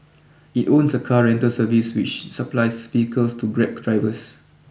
it owns a car rental service which supplies vehicles to grab drivers